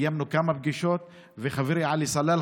גם קיבלנו החלטות חשובות ומהותיות בדיוק סביב